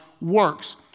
works